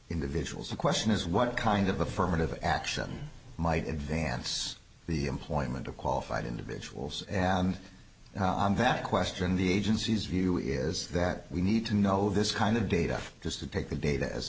individuals the question is what kind of affirmative action might advance the employment of qualified individuals and on that question the agency's view is that we need to know this kind of data because to take the data as an